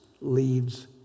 leads